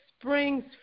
springs